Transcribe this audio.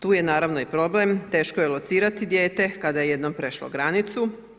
Tu je naravno i problem, teško je locirati dijete kada je jednom prešlo granicu.